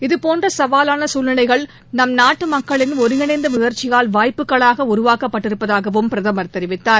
இதபோன்றசவாலானசூழ்நிலைகள் நம்நாட்டுமக்களின் ஒருங்கிணைந்தமுயற்சியால் வாய்ப்புகளாகஉருவாக்கப்பட்டிருப்பதாகவும் பிரதமர் தெரிவித்தார்